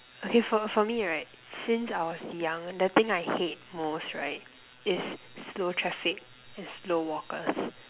okay for for right me since I was young the thing I hate most right is slow traffic and slow walkers